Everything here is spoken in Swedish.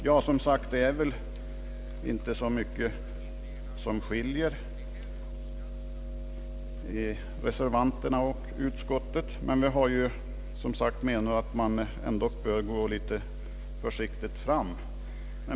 Här är väl, som sagt, inte så mycket som skiljer reservanternas och utskottsmajoritetens uppfattningar, men vi har ju ansett att man här bör gå litet för siktigt fram.